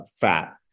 fat